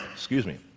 excuse me